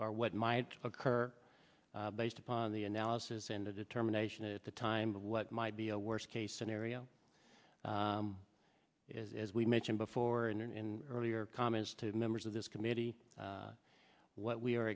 or what might occur based upon the analysis and a determination at the time of what might be a worst case scenario as we mentioned before in earlier comments to members of this committee what we are